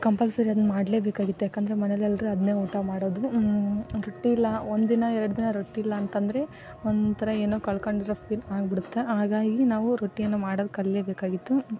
compulsory ಅದನ್ನ ಮಾಡಲೇಬೇಕಾಗಿತ್ತು ಯಾಕೆಂದರೆ ಮನೆಯಲ್ಲೆಲ್ರು ಅದನ್ನೇ ಊಟ ಮಾಡೋದು ರೊಟ್ಟಿ ಇಲ್ಲ ಒಂದು ದಿನ ಎರಡು ದಿನ ರೊಟ್ಟಿ ಇಲ್ಲ ಅಂತ ಅಂದ್ರೆ ಒಂಥರ ಏನೋ ಕಳ್ಕೊಂಡಿರೋ ಫೀಲ್ ಆಗ್ಬಿಡುತ್ತೆ ಅವಾಗಾಗಿ ನಾವು ರೊಟ್ಟಿಯನ್ನು ಮಾಡಲು ಕಲಿಯಲೇಬೇಕಾಗಿತ್ತು